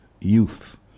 youth